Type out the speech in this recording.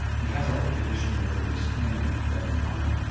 he has all the traditional rigorous training of a tibetan lama,